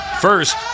First